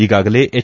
ಈಗಾಗಲೇ ಎಚ್